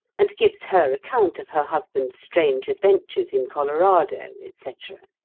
and gives her account of her husband's strange adventures in colorado, etc.